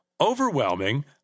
Overwhelming